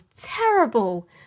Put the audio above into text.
terrible